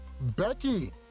Becky